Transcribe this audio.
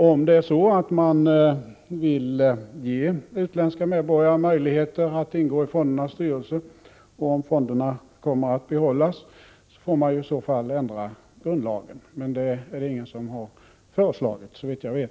Om man vill ge utländska medborgare möjligheter att ingå i fondernas styrelser, om fonderna kommer att behållas, får man i så fall ändra grundlagen. Men det är det ingen som har föreslagit, såvitt jag vet.